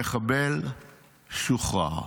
המחבל שוחרר.